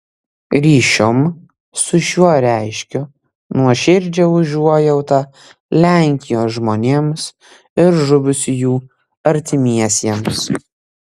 ryšium su šiuo reiškiu nuoširdžią užuojautą lenkijos žmonėms ir žuvusiųjų artimiesiems